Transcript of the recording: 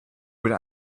would